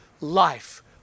life